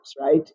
Right